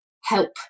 help